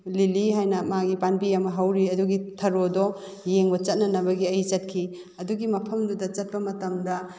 ꯂꯤꯂꯤ ꯍꯥꯏꯅ ꯃꯥꯒꯤ ꯄꯥꯝꯕꯤ ꯑꯃ ꯍꯧꯔꯤ ꯑꯗꯨꯒꯤ ꯊꯔꯣꯗꯣ ꯌꯦꯡꯕ ꯆꯠꯅꯅꯕꯒꯤ ꯑꯩ ꯆꯠꯈꯤ ꯑꯗꯨꯒꯤ ꯃꯐꯝꯗꯨꯗ ꯆꯠꯄ ꯃꯇꯝꯗ